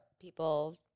People